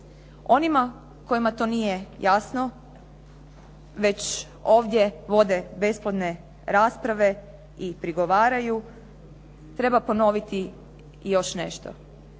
Onima kojima to nije jasno već ovdje vode besplodne rasprave i prigovaraju treba ponoviti još nešto.